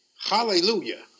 Hallelujah